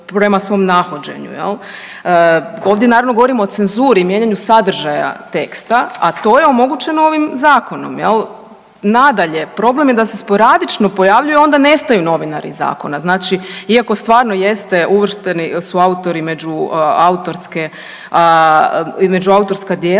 Ovdje naravno govorimo o cenzuri, mijenjanju sadržaja teksta, a to je omogućeno ovim zakonom. Jel'? Nadalje problem je da se sporadično pojavljuju onda nestaju novinari iz zakona, znači iako stvarno jeste uvršteni su autori među autorska djela,